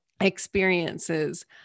experiences